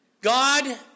God